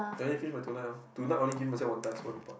no need finish by tonight orh tonight only give myself one task one report